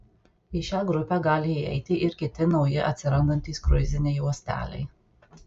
į šią grupę gali įeiti ir kiti nauji atsirandantys kruiziniai uosteliai